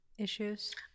Issues